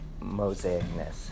mosaicness